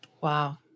Wow